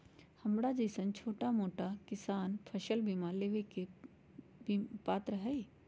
हमरा जैईसन छोटा मोटा किसान फसल बीमा लेबे के पात्र हई?